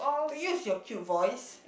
don't use your cute voice